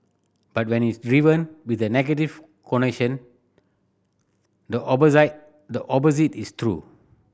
but when it's driven with a negative the the opposite is true